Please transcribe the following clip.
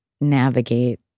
navigate